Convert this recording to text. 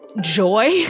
joy